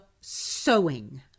sewing